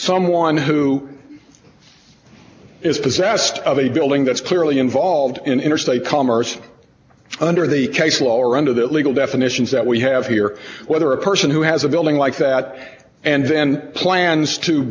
someone who is possessed of a building that's clearly involved in interstate commerce under the case law or under that legal definitions that we have here whether a person who has a building like that and then plans to